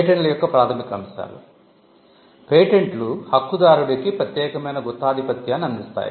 పేటెంట్ల యొక్క ప్రాథమిక అంశాలు పేటెంట్లు హక్కుదారుడికి ప్రత్యేకమైన గుత్తాధిపత్యాన్ని అందిస్తాయి